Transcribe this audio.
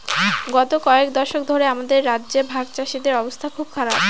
গত কয়েক দশক ধরে আমাদের রাজ্যে ভাগচাষীদের অবস্থা খুব খারাপ